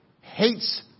hates